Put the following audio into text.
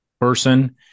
person